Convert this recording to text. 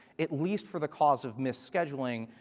at least for the cause of mis scheduling,